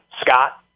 Scott